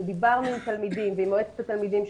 אנחנו דיברנו עם תלמידים ועם מועצת התלמידים,